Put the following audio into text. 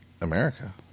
America